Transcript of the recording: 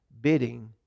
bidding